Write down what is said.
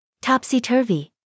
Topsy-turvy